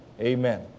amen